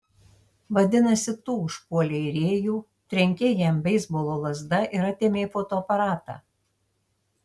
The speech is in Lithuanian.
vadinasi tu užpuolei rėjų trenkei jam beisbolo lazda ir atėmei fotoaparatą